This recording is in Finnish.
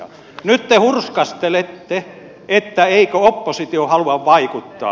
nyt te hurskastelette että eikö oppositio halua vaikuttaa